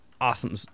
awesome